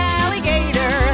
alligator